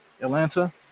Atlanta